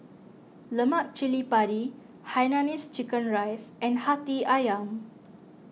Lemak Cili Padi Hainanese Chicken Rice and Hati Ayam